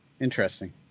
interesting